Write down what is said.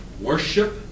worship